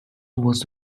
was